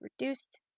reduced